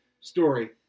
Story